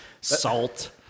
salt